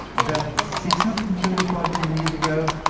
about six hundred and thirty five million years ago,